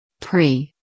Pre